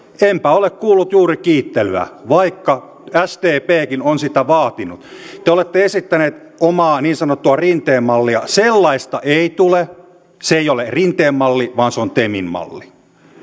josta en ole kuullut juuri kiittelyä vaikka sdpkin on sitä vaatinut te olette esittäneet omaa niin sanottua rinteen mallianne sellaista ei tule se ei ole rinteen malli vaan se on temin malli